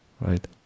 right